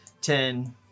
ten